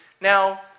Now